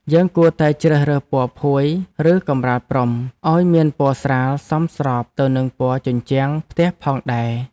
យើងគួរតែជ្រើសរើសពណ៌ភួយឬកម្រាលព្រំឱ្យមានពណ៌ស្រាលសមស្របទៅនឹងពណ៌ជញ្ជាំងផ្ទះផងដែរ។